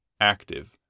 active